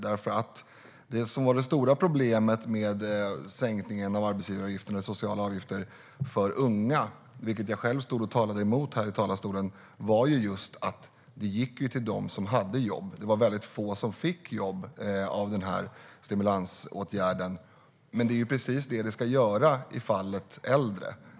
Det som var det stora problemet med sänkningen av socialavgifter för unga, vilken jag själv stod och talade emot här i talarstolen, var just att det gick till dem som hade jobb. Det var väldigt få som fick jobb genom den här stimulansåtgärden. Men det är ju precis det som det ska göra i fallet äldre.